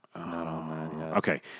Okay